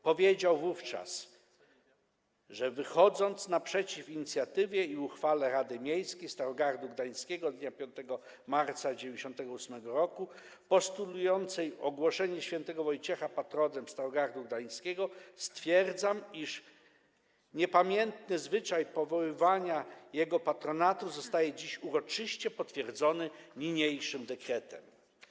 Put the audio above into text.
Powiedział wówczas: Wychodząc naprzeciw inicjatywie i uchwale rady miejskiej Starogardu Gdańskiego z dnia 5 marca 1998 r. postulującej ogłoszenie św. Wojciecha patronem Starogardu Gdańskiego, stwierdzam, iż niepamiętny zwyczaj przywoływania jego patronatu zostaje dziś uroczyście potwierdzony niniejszym dekretem.